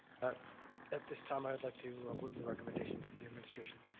but at this time i would like to move the recommendation to the administration.